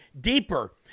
deeper